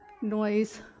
noise